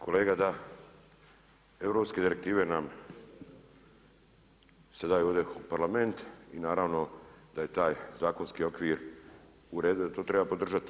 Kolega da, europske direktive nam se daju ovdje u Parlament i naravno da je taj zakonski okvir u redu, da to treba podržati.